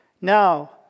Now